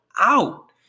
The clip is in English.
out